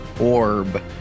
orb